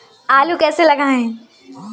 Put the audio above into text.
आलू कैसे लगाएँ?